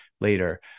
later